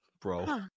Bro